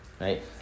Right